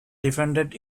defended